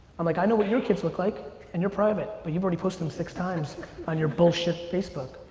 i'm like, i know what your kids look like and you're private but you've already posted them six times on your bullshit facebook.